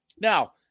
Now